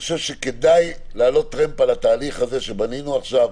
כדאי לעלות טרמפ על התהליך הזה שבנינו עכשיו.